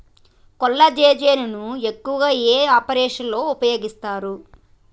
కొల్లాజెజేని ను ఎక్కువగా ఏ ఆపరేషన్లలో ఉపయోగిస్తారు?